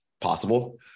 possible